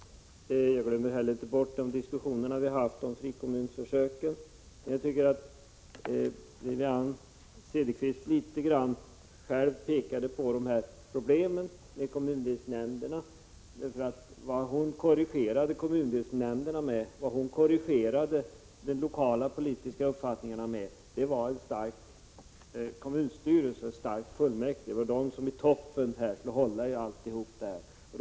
Jag glömmer heller inte bort de diskussioner vi har haft om frikommunförsöket. Jag tycker att Wivi-Anne Cederqvist själv pekade litet på problemen med kommundelsnämnderna. Det hon ville ställa mot kommundelsnämnderna och de lokala politiska uppfattningarna var en stark kommunstyrelse och ett starkt fullmäktige. De skulle hålla ihop allt från toppen.